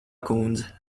kundze